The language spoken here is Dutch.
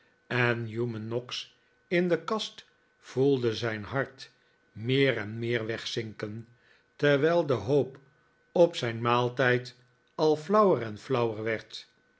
en newman noggs in de kast voelde zijn hart meer en meer wegzinken terwijl de hoop op zijn maaltijd al flauwer en flauwer werd